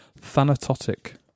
Thanatotic